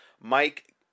Mike